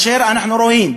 אנחנו רואים,